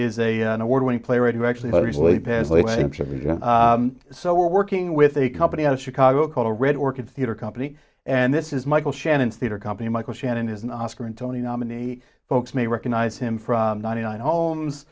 is a an award winning playwright who actually was originally badly so we're working with a company out of chicago called a red orchid theatre company and this is michael shannon theatre company michael shannon is an oscar and tony nominee folks may recognize him from ninety nine homes